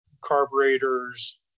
carburetors